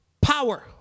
Power